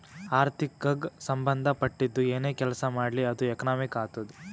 ಆರ್ಥಿಕಗ್ ಸಂಭಂದ ಪಟ್ಟಿದ್ದು ಏನೇ ಕೆಲಸಾ ಮಾಡ್ಲಿ ಅದು ಎಕನಾಮಿಕ್ ಆತ್ತುದ್